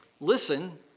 listen